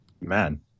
man